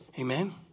Amen